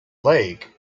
lake